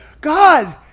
God